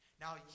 Now